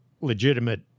legitimate